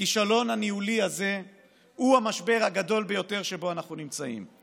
הכישלון הניהולי הזה הוא המשבר הגדול ביותר שבו אנחנו נמצאים,